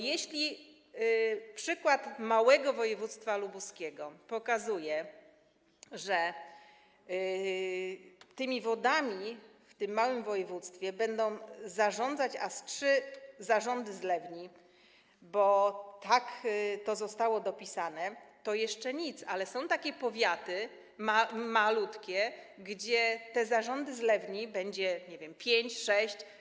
Jeśli przykład małego województwa lubuskiego pokazuje, że tymi wodami w tym małym województwie będą zarządzać aż trzy zarządy zlewni, bo tak to zostało dopisane, to jeszcze nic, bo są takie malutkie powiaty, gdzie tych zarządów zlewni będzie, nie wiem, pięć, sześć.